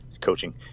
coaching